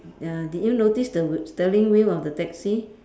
uh did you notice the w~ steering wheel of the taxi